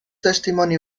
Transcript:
testimoni